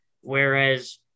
whereas